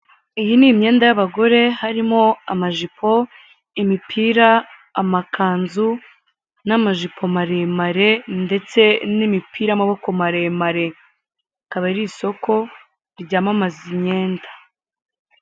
Iyi ni imyenda y'abagore harimo amajipo, imipira, amakanzu n'amajipo maremare ndetse n'imipira y'amaboko maremare, rikaba ari isoko ryamamaza imyenda.